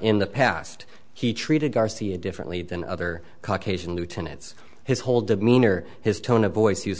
in the past he treated garcia differently than other caucasian lieutenants his whole demeanor his tone of voice use